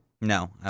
No